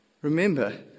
Remember